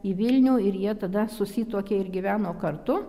į vilnių ir jie tada susituokė ir gyveno kartu